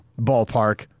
ballpark